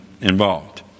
involved